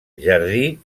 jardí